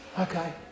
Okay